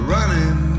Running